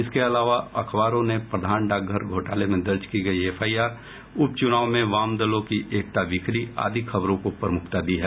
इसके अलावा अखबारों ने प्रधान डाकघर घोटाले में दर्ज की गयी एफआईआर उप चुनाव में वामदलों की एकता बिखरी आदि खबरों को प्रमुखता दी है